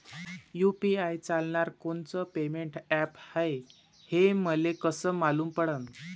UPI चालणारं कोनचं payment app हाय, हे मले कस मालूम पडन?